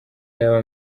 yaba